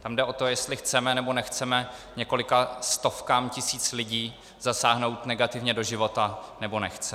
Tam jde o to, jestli chceme, nebo nechceme několika stovkám tisíc lidí zasáhnout negativně do života, nebo nechceme.